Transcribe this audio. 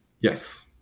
Yes